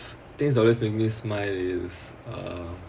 things always make me smile is uh